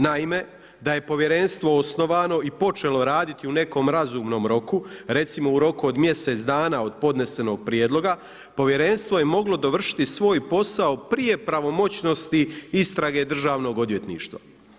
Naime, da je povjerenstvo osnovano i počelo raditi u nekom razumnom roku, recimo u roku od mjesec dana od podnesenog prijedloga, povjerenstvo je moglo dovršiti svoj posao prije pravomoćnosti istrage državnog odvjetništva.